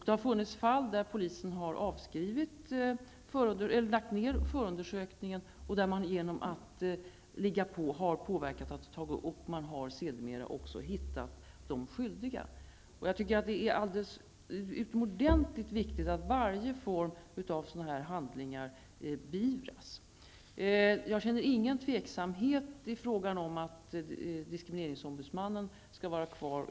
Det har funnits fall där polisen har lagt ner förundersökningen och där någon genom att ligga på har påverkat att den tagits upp igen, och man har sedermera också hittat de skyldiga. Jag tycker att det är alldeles utomordentligt viktigt att varje form av rasistiska handlingar beivras. Jag känner ingen tveksamhet i frågan om att diskrimineringsombudsmannen skall vara kvar.